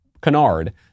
canard